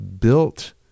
built